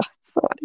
sorry